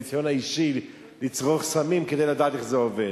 ניסיון האישי, לצרוך סמים, כדי לדעת איך זה עובד.